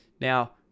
Now